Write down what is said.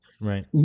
right